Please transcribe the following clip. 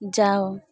जाओ